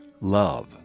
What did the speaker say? love